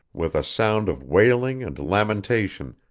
with a sound of wailing and lamentation,